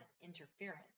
interference